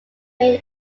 main